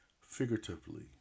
figuratively